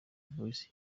voice